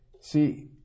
See